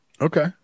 okay